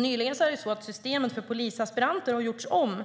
Nyligen har systemet för polisaspiranter gjorts om,